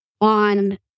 on